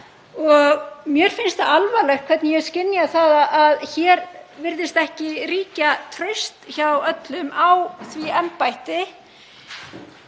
mér finnst alvarlegt hvernig ég skynja það að hér virðist ekki ríkja traust hjá öllum á því embætti.